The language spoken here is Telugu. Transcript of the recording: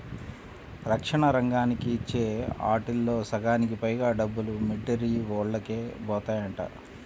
రక్షణ రంగానికి ఇచ్చే ఆటిల్లో సగానికి పైగా డబ్బులు మిలిటరీవోల్లకే బోతాయంట